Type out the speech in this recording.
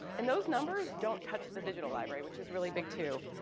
and those numbers don't touch the digital library, which is really big, too.